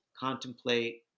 contemplate